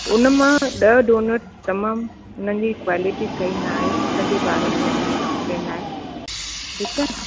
उन मां ॾह डोनट तमामु उन्हनि जी क्वालिटी सही न आई उन जे बारे मुंहिंजी कंप्लेन आहे ठीकु आहे